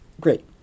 great